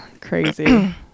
Crazy